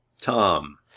Tom